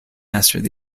mastered